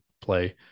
play